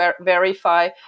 verify